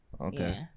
Okay